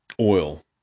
oil